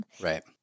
Right